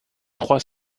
trois